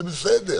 זה בסדר,